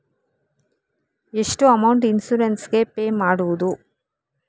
ಎಷ್ಟು amount insurance ಗೇ pay ಮಾಡುವುದು?